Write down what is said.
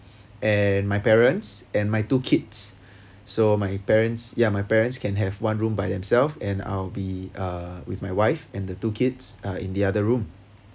and my parents and my two kids so my parents ya my parents can have one room by themselves and I'll be uh with my wife and the two kids are in the other room